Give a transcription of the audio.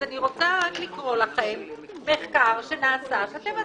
אז אני רוצה לקרוא לכם מחקר שנעשה, שאתם עשיתם,